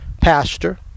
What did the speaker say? Pastor